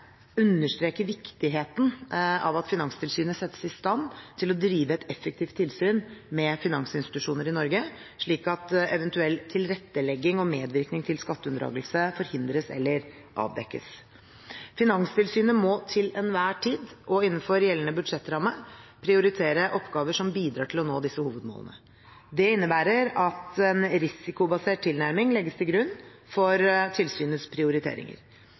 viktigheten av at Finanstilsynet settes i stand til å drive et effektivt tilsyn med finansinstitusjoner i Norge, slik at eventuell tilrettelegging og medvirkning til skatteunndragelse forhindres eller avdekkes. Finanstilsynet må til enhver tid og innenfor gjeldende budsjettramme prioritere oppgaver som bidrar til å nå disse hovedmålene. Det innebærer at en risikobasert tilnærming legges til grunn for tilsynets prioriteringer.